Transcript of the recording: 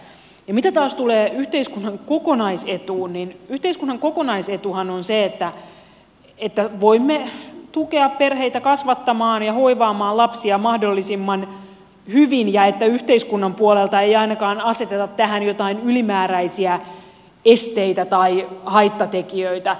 mitä taas tulee yhteiskunnan kokonaisetuun niin yhteiskunnan kokonaisetuhan on se että voimme tukea perheitä kasvattamaan ja hoivaamaan lapsia mahdollisimman hyvin ja että yhteiskunnan puolelta ei ainakaan aseteta tähän jotain ylimääräisiä esteitä tai haittatekijöitä